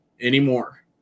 anymore